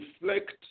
reflect